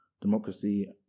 democracy